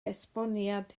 esboniad